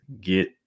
get